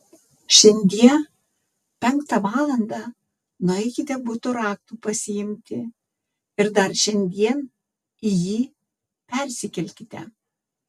šiandie penktą valandą nueikite buto raktų pasiimti ir dar šiandien į jį persikelkite